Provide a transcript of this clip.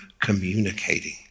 communicating